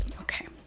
Okay